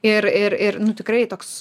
ir ir ir nu tikrai toks